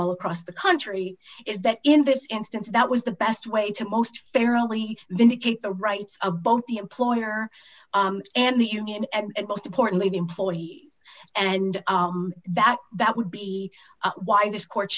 all across the country is that in this instance that was the best way to most fairly vindicate the rights of both the employer and the union and most importantly the employee and that that would be why this court